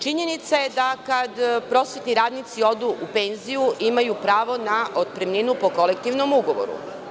Činjenica je da kada prosvetni radnici odu u penziju imaju pravo na otpremninu po kolektivnom ugovoru.